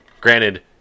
granted